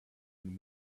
been